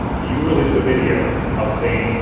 you released a video of saying,